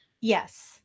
Yes